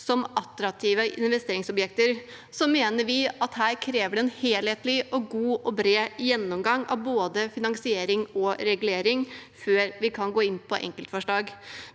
som attraktive investeringsobjekter, mener vi at det her kreves en helhetlig, god og bred gjennomgang av både finansiering og regulering før vi kan gå inn på enkeltforslag.